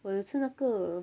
我有吃那个